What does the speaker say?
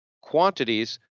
quantities